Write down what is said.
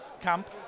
Camp